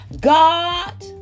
God